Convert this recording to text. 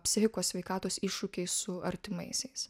psichikos sveikatos iššūkiai su artimaisiais